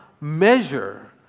measure